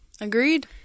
Agreed